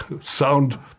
sound